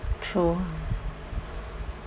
true ah